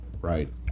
right